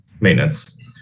maintenance